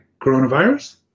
coronavirus